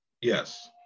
Yes